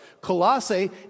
Colossae